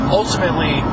ultimately